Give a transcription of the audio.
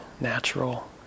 natural